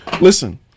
listen